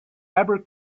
ever